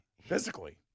physically